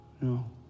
no